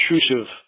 intrusive